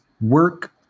work